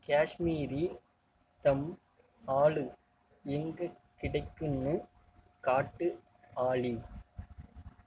காஷ்மீரி தம் ஆலு எங்கே கிடைக்கும்னு காட்டு ஆலி